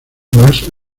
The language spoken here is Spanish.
más